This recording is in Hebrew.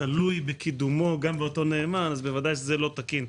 תלוי בקידומו גם באותו נאמן - ודאי שזה לא תקין.